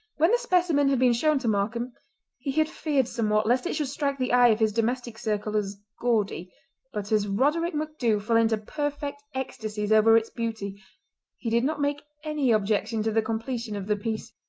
when the specimen had been shown to markam he had feared somewhat lest it should strike the eye of his domestic circle as gaudy but as roderick macdhu fell into perfect ecstasies over its beauty he did not make any objection to the completion of the piece.